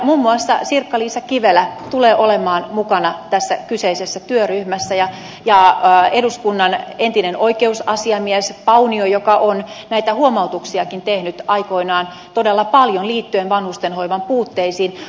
muun muassa sirkka liisa kivelä tulee olemaan mukana tässä kyseisessä työryhmässä samoin eduskunnan entinen oikeusasiamies paunio joka on näitä huomautuksiakin tehnyt aikoinaan todella paljon liittyen vanhustenhoivan puutteisiin